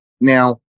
now